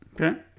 Okay